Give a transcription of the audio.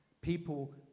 people